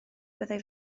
byddai